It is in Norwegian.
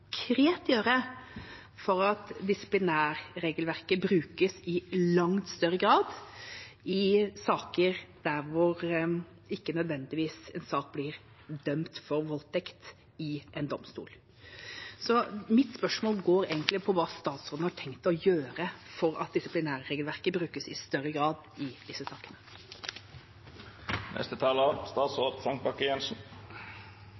for at disiplinærregelverket brukes i langt større grad i saker der hvor ikke noen nødvendigvis blir dømt for voldtekt i en domstol? Mitt spørsmål går egentlig ut på hva statsråden har tenkt å gjøre for at disiplinærregelverket brukes i større grad i disse